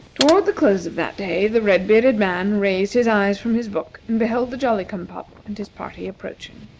toward the close of that day the red-bearded man raised his eyes from his book and beheld the jolly-cum-pop and his party approaching.